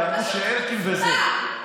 כי אמרו שאלקין וזה.